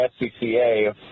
SCCA